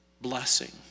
blessing